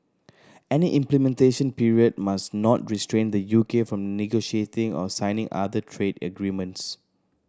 any implementation period must not restrain the U K from negotiating or signing other trade agreements